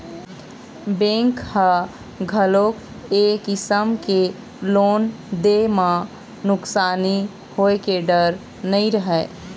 bank ह घलोक ए किसम के लोन दे म नुकसानी होए के डर नइ रहय